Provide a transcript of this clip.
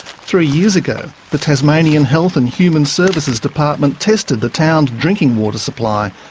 three years ago, the tasmanian health and human services department tested the town's drinking water supply,